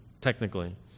technically